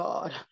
God